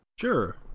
Sure